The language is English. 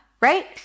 right